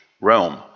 realm